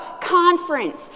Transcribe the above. conference